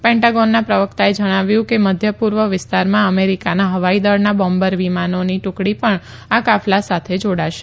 પેંટાગોનના પ્રવકતાએ જણાવ્યું કે મધ્ય પૂર્વ વિસ્તારમાં અમેરિકાના હવાઈ દળના બોમ્બર વિમાનોની ટુકડી પણ આ કાફલા સાથે જાડાશે